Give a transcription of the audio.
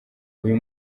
uyu